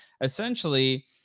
essentially